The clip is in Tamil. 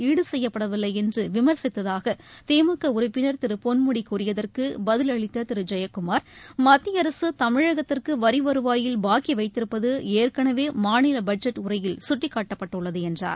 ஈடு செய்யப்படவில்லை என்று விமர்சித்தாக திமுக உறுப்பினர் திரு பொன்முடி கூறியதற்கு பதில் அளித்த திரு ஜெயக்குமார் மத்திய அரசு தமிழகத்திற்கு வரி வருவாயில் பாக்கி வைத்திருப்பது ஏற்கனவே மாநில பட்ஜெட் உரையில் கட்டிக்காட்டப்பட்டுள்ளது என்றார்